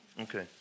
Okay